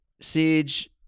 Siege